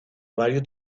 varios